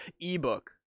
Ebook